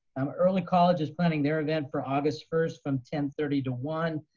um early college is planning their event for august first from ten thirty to one.